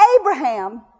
Abraham